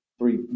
three